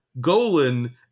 Golan